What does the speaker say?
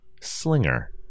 slinger